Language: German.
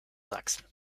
sachsen